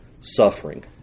suffering